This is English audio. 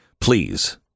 Please